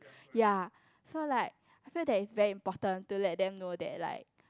ya so like I feel that is very important to let them know that like